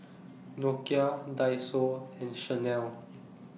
Nokia Daiso and Chanel